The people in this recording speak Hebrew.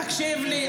תקשיב לי,